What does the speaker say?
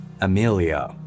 Amelia